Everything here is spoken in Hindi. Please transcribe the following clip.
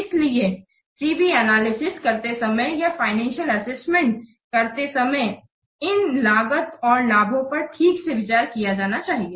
इसीलिए C B एनालिसिस करते समय या फाइनेंसियल असेसमेंट करते समय इन लागत और लाभों पर ठीक से विचार किया जाना चाहिए